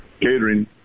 catering